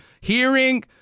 hearing